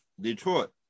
Detroit